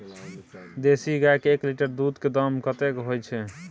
देसी गाय के एक लीटर दूध के दाम कतेक होय छै?